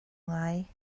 ngai